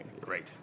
Great